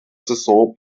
saison